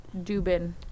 Dubin